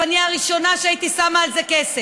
אני הייתי הראשונה ששמה על זה כסף.